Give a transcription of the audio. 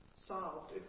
solved